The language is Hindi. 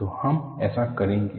तो हम ऐसा करेंगे